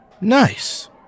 Nice